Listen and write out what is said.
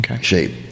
shape